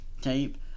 Tape